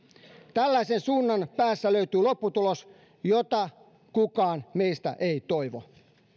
tällaisen suunnan päästä löytyy lopputulos jota kukaan meistä ei toivo